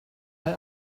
mae